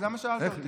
אז למה שאלת אותי?